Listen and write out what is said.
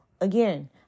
Again